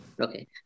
Okay